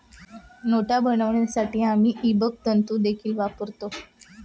नोटा बनवण्यासाठी आम्ही इबेक तंतु देखील वापरतो